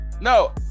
No